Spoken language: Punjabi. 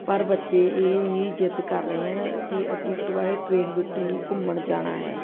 ਪਰ ਬੱਚੇ ਇਹ ਜਿੱਦ ਕਰ ਰਹੇ ਆ ਕਿ ਅਸੀਂ ਟੋਆਏ ਟ੍ਰੇਨ ਵਿੱਚ ਹੀ ਘੁੰਮਣ ਜਾਣਾ ਹੈ